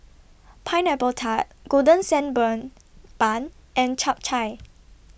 Pineapple Tart Golden Sand Burn Bun and Chap Chai